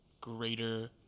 greater